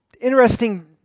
interesting